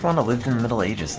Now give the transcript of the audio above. um in the middle age